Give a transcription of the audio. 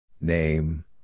Name